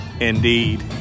Indeed